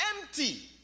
empty